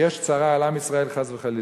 כשיש צרה על עם ישראל, חס וחלילה,